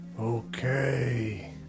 Okay